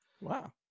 Wow